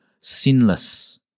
sinless